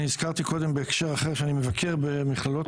הזכרתי קודם בהקשר אחר שאני מבקר במכללות,